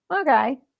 Okay